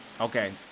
Okay